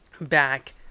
back